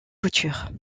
couture